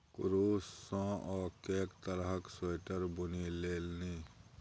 कुरूश सँ ओ कैक तरहक स्वेटर बुनि लेलनि